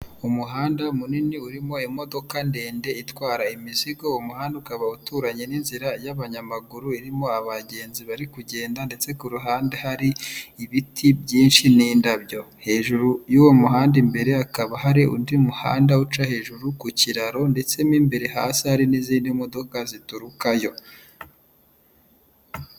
Umuhanda munini urimo imodoka ndende itwara imizigo, uwo umuhanda ukaba uturanye n'inzira y'abanyamaguru irimo abagenzi bari kugenda ndetse ku ruhande hari ibiti byinshi n'indabyo, hejuru y'uwo muhanda imbere hakaba hari undi muhanda uca hejuru ku kiraro ndetse mu imbere hasa hari n'izindi modoka ziturukayo.